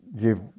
give